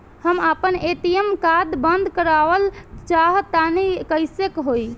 हम आपन ATM card बंद करावल चाह तनि कइसे होई?